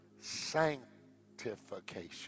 sanctification